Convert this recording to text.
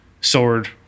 sword